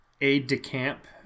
aide-de-camp